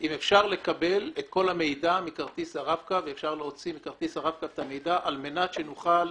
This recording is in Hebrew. אם אפשר לקבל את כל המידע מכרטיס הרב-קו על מנת שנוכל,